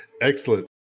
Excellent